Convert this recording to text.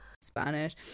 Spanish